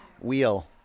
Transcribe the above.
Wheel